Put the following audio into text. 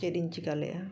ᱪᱮᱫ ᱤᱧ ᱪᱮᱠᱟᱞᱮᱜᱼᱟ